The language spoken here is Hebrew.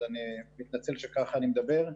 אז אני מתנצל שכך אני מדבר.